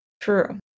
True